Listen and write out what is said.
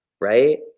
Right